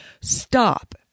Stop